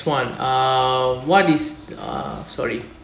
one uh what is uh sorry